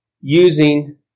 using